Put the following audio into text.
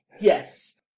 Yes